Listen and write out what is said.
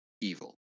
evil